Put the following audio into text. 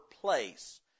place